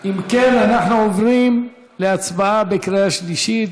אנחנו עוברים להצבעה בקריאה שנייה,